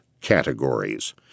categories